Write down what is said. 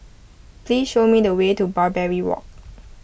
please show me the way to Barbary Walk